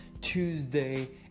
Tuesday